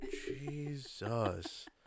Jesus